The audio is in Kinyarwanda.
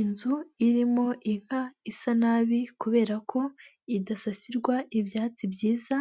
Inzu irimo inka isa nabi kubera ko idasasirwa ibyatsi byiza,